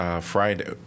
Friday